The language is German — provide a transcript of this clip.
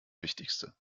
wichtigste